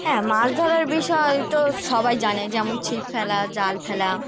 হ্যাঁ মাছ ধরার বিষয় তো সবাই জানে যেমন ছিপ ফেলা জাল ফেলা